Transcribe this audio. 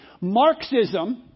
Marxism